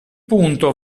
punto